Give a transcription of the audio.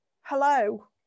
hello